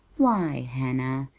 why, hannah,